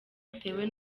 atewe